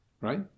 Right